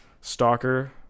Stalker